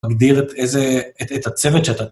להגדיר את הצוות שאתה...